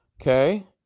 Okay